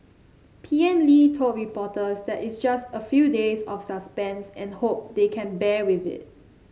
P M Lee told reporters that it's just a few days of suspense and hope they can bear with it